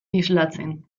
islatzen